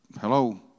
hello